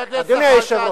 אדוני היושב-ראש,